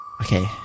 okay